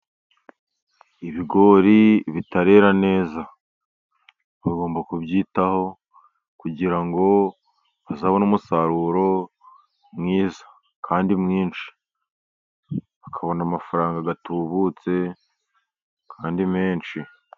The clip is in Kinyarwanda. Ibigori bitarera neza bagomba kubyitaho, kugira ngo bazabone umusaruro mwiza kandi mwinshi bakabona amafaranga atubutse kandi menshi.